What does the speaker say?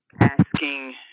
asking